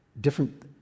different